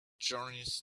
journeys